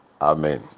amen